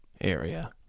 area